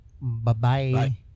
Bye-bye